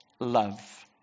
love